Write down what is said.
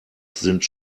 sind